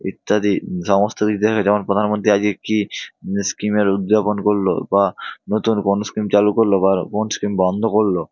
ইত্যাদি সমস্ত দিক দেখা হয় যেমন প্রধানমন্ত্রী আজকে কী স্কিমের উদ্যাপন করল বা নতুন কোন স্কিম চালু করল বা কোন স্কিম বন্ধ করল